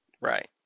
Right